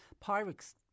Pyrex